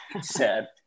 Sad